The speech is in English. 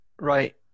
Right